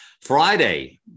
Friday